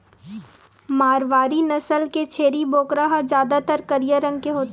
मारवारी नसल के छेरी बोकरा ह जादातर करिया रंग के होथे